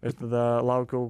ir tada laukiau